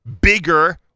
bigger